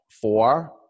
Four